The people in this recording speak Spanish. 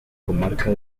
comarca